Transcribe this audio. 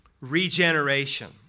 regeneration